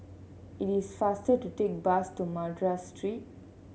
it is faster to take the bus to Madras Street